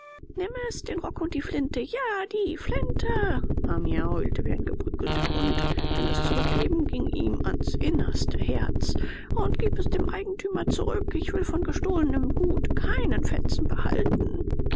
nimm es den rock und die flinte ja die flinte hamia heulte wie ein geprügelter hund denn das zurückgeben ging ihm ans innerste herz und gib es dem eigentümer zurück ich will von gestohlenem gut keinen fetzen behalten